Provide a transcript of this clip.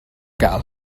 gael